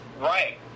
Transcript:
Right